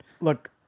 Look